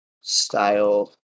style